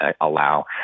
allow